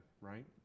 right